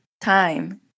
time